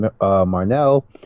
Marnell